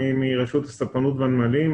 אני מרשות הספנות והנמלים,